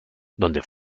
donde